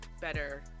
better